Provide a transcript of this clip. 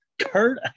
Kurt